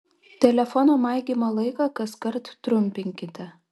telefono maigymo laiką kaskart trumpinkite